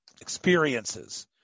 experiences